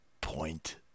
point